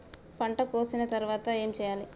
పంట కోసిన తర్వాత ఏం చెయ్యాలి?